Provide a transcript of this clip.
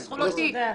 פתחו לו תיק.